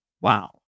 Wow